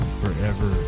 forever